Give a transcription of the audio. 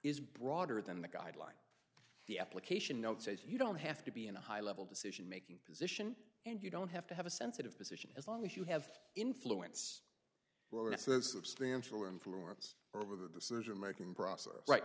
is broader than the guideline the application note says you don't have to be in a high level decision making position and you don't have to have a sensitive position as long as you have influence substantial influence over the decision making process wri